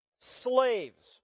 slaves